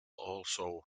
also